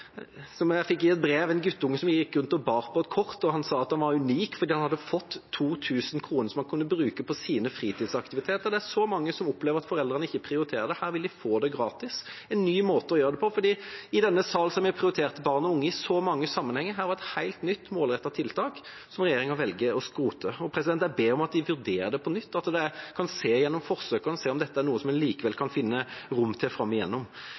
som vil være målrettet. Jeg fikk et brev om at en guttunge gikk rundt og bar på et kort, og han sa at han var unik, for han hadde fått 2 000 kr som han kunne bruke på sine fritidsaktiviteter. Det er så mange som opplever at foreldrene ikke prioriterer det. Her vil de få det gratis – en ny måte å gjøre det på. I denne sal har vi prioritert barn og unge i så mange sammenhenger. Her var det et helt nytt, målrettet tiltak, som regjeringa velger å skrote. Jeg ber om at en vurderer det på nytt, at en kan se gjennom forsøkene og se om dette er noe som en likevel kan finne rom til